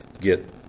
get